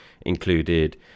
included